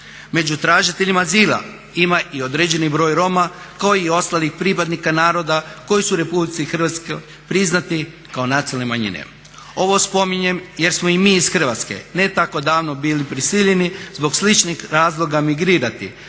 Među tražiteljima azila ima i određeni broj Roma, kao i ostalih pripadnika naroda koji su u Republici Hrvatskoj priznati kao nacionalne manjine. Ovo spominjem jer smo i mi iz Hrvatske ne tako davno bili prisiljeni zbog sličnih razloga migrirati